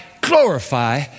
glorify